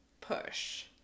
push